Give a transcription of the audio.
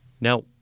Now